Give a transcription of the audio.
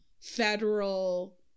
federal